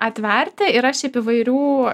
atverti yra šiaip įvairių